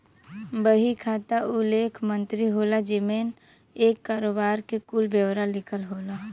बही खाता उ लेख पत्री होला जेमन एक करोबार के कुल ब्योरा लिखल होला